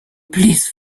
please